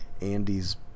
Andy's